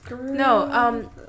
No